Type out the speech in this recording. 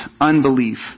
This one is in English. unbelief